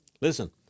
Listen